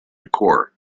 occur